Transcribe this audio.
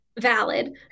valid